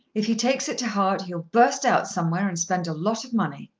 if he takes it to heart he'll burst out somewhere and spend a lot of money.